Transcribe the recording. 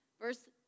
Verse